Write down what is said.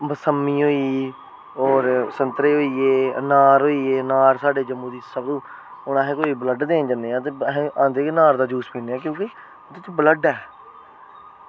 मौसमी होई होर संतरे होइये अनार होइये अनार साढ़े जम्मू दी होर अस ब्ल़ड देन जन्ने आं ते औंदे होई अस अनार दा जूस पीन्ने आं कि एह्दे च ब्लड ऐ